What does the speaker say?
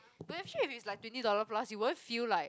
but actually if it's like twenty dollar plus you won't feel like